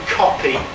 copy